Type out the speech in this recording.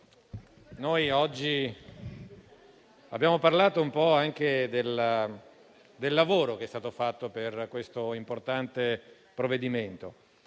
oggi abbiamo parlato anche del lavoro che è stato fatto per questo importante provvedimento,